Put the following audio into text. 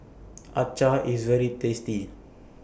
Acar IS very tasty